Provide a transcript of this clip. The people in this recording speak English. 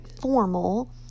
formal